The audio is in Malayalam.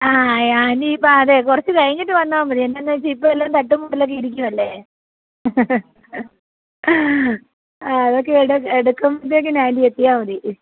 ആ ആ ഇനി ഇപ്പോൾ അതെ കുറച്ച് കഴിഞ്ഞിട്ട് വന്നാൽ മതി എന്താണെന്നു വച്ചാൽ ഇപ്പോൾ എല്ലാം തട്ടും മുട്ടിലൊക്കെ ഇരിക്കുകയല്ലേ ആ അതൊക്കെ എടുക്കുമ്പോഴത്തേക്കും ആൻ്റി എത്തിയാൽ മതി